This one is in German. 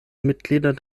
mitglieder